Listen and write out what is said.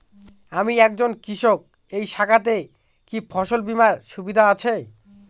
আমি একজন কৃষক এই শাখাতে কি ফসল বীমার সুবিধা আছে?